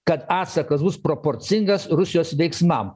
kad atsakas bus proporcingas rusijos veiksmam